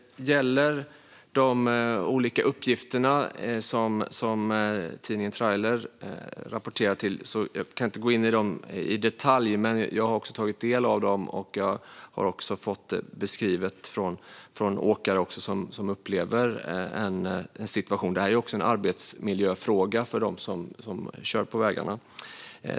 Herr talman! När det gäller de olika uppgifterna som tidningen Trailer rapporterar kan jag inte gå in i dem i detalj. Men jag har tagit del av dem, och jag har också fått situationen beskriven för mig av åkare. Detta är även en arbetsmiljöfråga för dem som kör på vägarna.